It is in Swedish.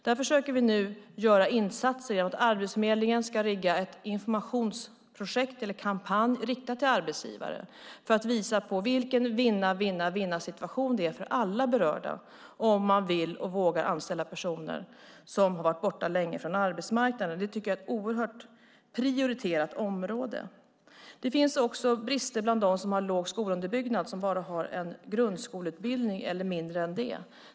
Där försöker vi nu göra insatser genom att Arbetsförmedlingen ska rigga ett informationsprojekt eller en kampanj riktad till arbetsgivare för att visa på vilken vinna-vinna-vinna-situation det är för alla berörda om man vill och vågar anställa personer som har varit borta länge från arbetsmarknaden. Det är ett oerhört prioriterat område. Det finns också brister bland dem som har en låg skolunderbyggnad, som bara har en grundskoleutbildning eller mindre än det.